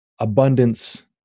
Abundance